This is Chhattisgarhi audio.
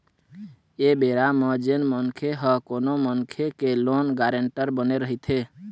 ऐ बेरा म जेन मनखे ह कोनो मनखे के लोन गारेंटर बने रहिथे